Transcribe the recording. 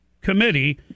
Committee